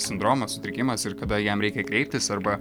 sindromas sutrikimas ir kada jam reikia kreiptis arba